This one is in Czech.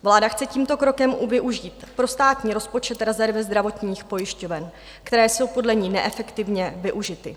Vláda chce tímto krokem využít pro státní rozpočet rezervy zdravotních pojišťoven, které jsou podle ní neefektivně využity.